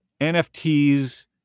NFTs